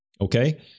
Okay